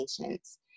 patients